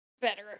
better